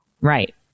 Right